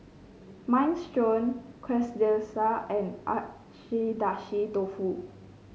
Minestrone Quesadillas and Dofu